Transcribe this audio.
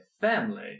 family